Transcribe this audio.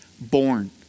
born